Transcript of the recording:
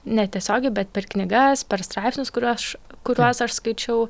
ne tiesiogiai bet per knygas per straipsnius kuriuos kuriuos aš skaičiau